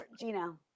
Gino